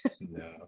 no